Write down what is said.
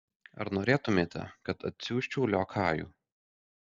ar norėtumėte kad atsiųsčiau liokajų